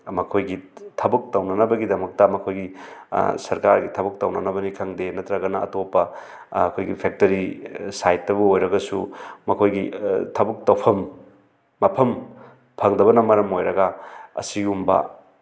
ꯃꯈꯣꯏꯒꯤ ꯊꯕꯛ ꯇꯧꯅꯅꯕꯒꯤꯗꯃꯛꯇ ꯃꯈꯣꯏꯒꯤ ꯁꯔꯀꯥꯔꯒꯤ ꯊꯕꯛ ꯇꯧꯅꯅꯕꯅꯤ ꯈꯪꯗꯦ ꯅꯠꯇ꯭ꯔꯒꯅ ꯑꯇꯣꯞꯄ ꯑꯩꯈꯣꯏꯒꯤ ꯐꯦꯛꯇꯔꯤ ꯁꯥꯏꯗꯇꯕꯨ ꯑꯣꯏꯔꯒꯁꯨ ꯃꯈꯣꯏꯒꯤ ꯊꯕꯛ ꯇꯧꯐꯝ ꯃꯐꯝ ꯐꯪꯗꯕꯅ ꯃꯔꯝ ꯑꯣꯏꯔꯒ ꯑꯁꯤꯒꯨꯝꯕ